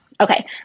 Okay